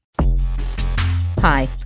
Hi